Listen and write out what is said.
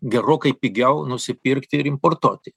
gerokai pigiau nusipirkti ir importuoti